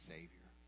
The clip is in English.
Savior